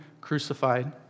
crucified